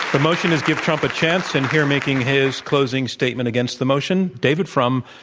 the motion is, give trump a chance, and here making his closing statement against the motion, david frum,